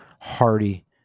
hearty